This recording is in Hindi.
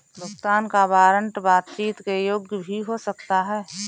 भुगतान का वारंट बातचीत के योग्य हो भी सकता है